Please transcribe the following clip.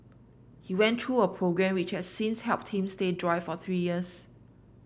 he went through a programme which has since helped him stay dry for three years